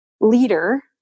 leader